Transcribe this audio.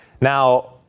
Now